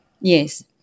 Yes